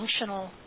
functional